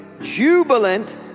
jubilant